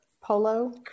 polo